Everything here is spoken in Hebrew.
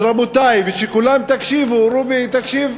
אז, רבותי, כולם תקשיבו, רובי, תקשיב.